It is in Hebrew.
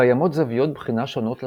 קיימות זוויות בחינה שונות לשאלה,